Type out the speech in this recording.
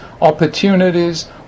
opportunities